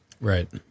Right